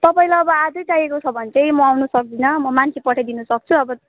तपाईँलाई अब आजै चाहिएको छ भने चाहिँ म आउनु सक्दिनँ म मान्छे पठाइदिनु सक्छु अब